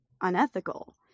unethical